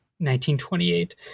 1928